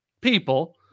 people